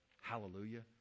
Hallelujah